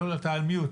אתה על Mute.